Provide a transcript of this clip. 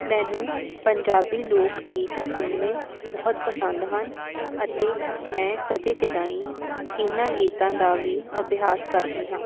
ਮੈਨੂੰ ਪੰਜਾਬੀ ਲੋਕ ਗੀਤ ਸੁਣਨੇ ਬਹੁਤ ਪਸੰਦ ਹਨ ਅਤੇ ਮੈਂ ਕਦੇ ਕਦਾਈ ਇਹਨਾਂ ਗੀਤਾਂ ਦਾ ਵੀ ਅਭਿਆਸ ਕਰਦੀ ਹਾਂ